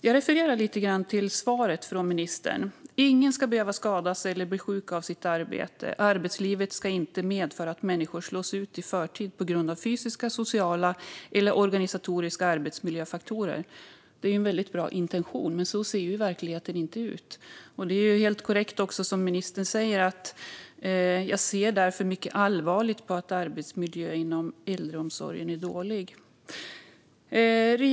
Jag vill referera lite grann till interpellationssvaret från ministern: "Ingen ska behöva skadas eller bli sjuk av sitt arbete. Arbetslivet ska inte medföra att människor slås ut i förtid på grund av fysiska, sociala eller organisatoriska arbetsmiljöfaktorer." Det är en väldigt bra intention, men så ser verkligheten inte ut. Ministern säger också: "Jag ser därför mycket allvarligt på att arbetsmiljön inom äldreomsorgen är dålig." Detta är helt korrekt.